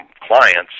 clients